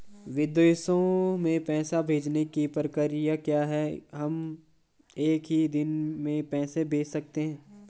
विदेशों में पैसे भेजने की प्रक्रिया क्या है हम एक ही दिन में पैसे भेज सकते हैं?